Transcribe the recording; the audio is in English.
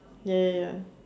ya ya ya